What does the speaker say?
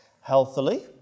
healthily